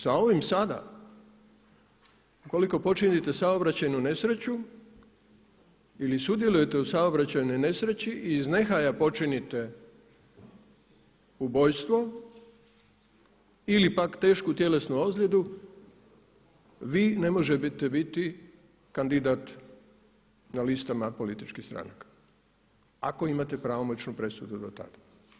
Sa ovim sada ukoliko počinite saobraćajnu nesreću ili sudjelujete u saobraćajnoj nesreći i iz nehaja počinite ubojstvo ili pak tešku tjelesnu ozljedu vi ne možete biti kandidat na listama političkih stranaka ako imate pravomoćnu presudu dotada.